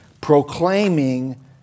proclaiming